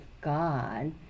God